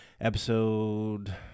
episode